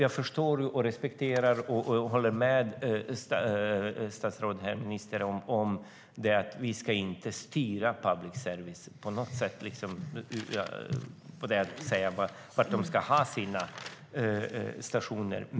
Jag förstår och respekterar statsrådet och håller med om att vi inte ska styra public service och tala om var de ska ha sina stationer.